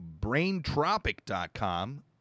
braintropic.com